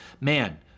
man